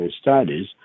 studies